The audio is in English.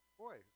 boy